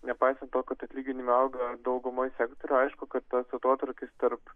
nepaisant to kad atlyginimai auga daugumoj sektorių aišku kad tas atotrūkis tarp